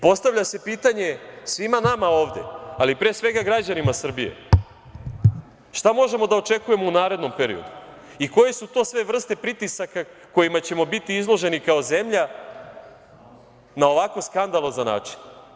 Postavlja se pitanje svima nama ovde, ali pre svega građanima Srbije, šta možemo da očekujemo u narednom periodu i koje su to sve vrste pritisaka kojima ćemo biti izloženi kao zemlja na ovako skandalozan način?